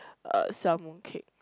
uh sell mooncake